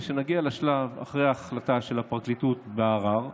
כשנגיע לשלב אחרי ההחלטה של הפרקליטות בערר,